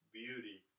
beauty